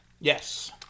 Yes